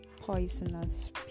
Poisonous